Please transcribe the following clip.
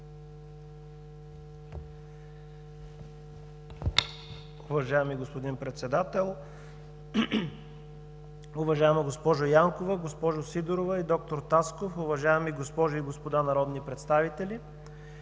Уважаеми господин Председател, уважаема госпожо Янкова, госпожо Сидорова и доктор Тасков, уважаеми госпожи и господа народни представители!